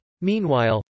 Meanwhile